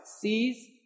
sees